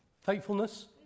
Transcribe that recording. Faithfulness